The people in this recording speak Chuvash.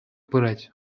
пырать